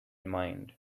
mind